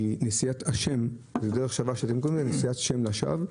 זה נשיאת שם לשווא.